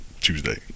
Tuesday